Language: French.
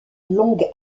longue